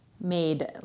made